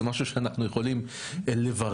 זה משהו שאנחנו יכולים לברר,